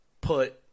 put